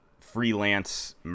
freelance